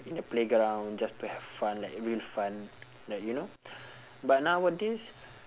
in the playground just to have fun like real fun like you know but nowadays